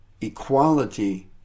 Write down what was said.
equality